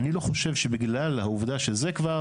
אני לא חושב שבגלל העובדה שזה כבר,